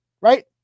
right